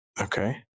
Okay